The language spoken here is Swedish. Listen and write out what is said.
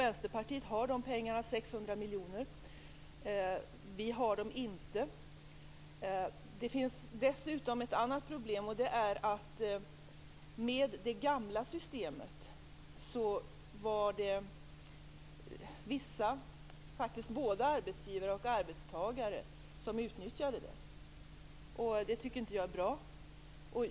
Vänsterpartiet har de pengarna - 600 miljoner - vi har dem inte. Dels finns det ett annat problem. Det förekom att både arbetsgivare och arbetstagare utnyttjade det gamla systemet. Det tycker inte jag är bra.